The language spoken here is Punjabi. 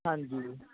ਹਾਂਜੀ